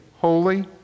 holy